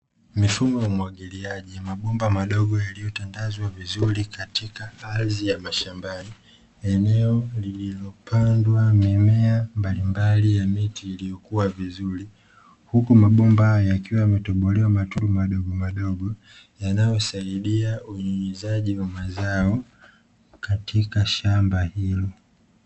Mifumo ya unwagiliaji; mabomba madogo yaliyotandazwa vizuri katika ardhi ya mashambani. Eneo lililopandwa mimea mbalimbali ya miti iliyokuwa vizuri. Huku mabomba hayo yakiwa yametobolewa matobo madogomadogo, yanayosaidia unyunyizaji wa mazao katika shamba hilo.